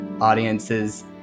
audiences